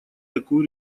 такую